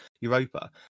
Europa